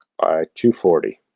by two forty,